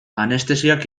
anestesiak